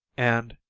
and,